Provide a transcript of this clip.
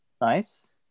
Nice